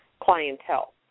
clientele